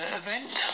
event